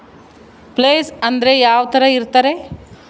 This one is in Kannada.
ಪ್ಲೇಸ್ ಅಂದ್ರೆ ಯಾವ್ತರ ಇರ್ತಾರೆ?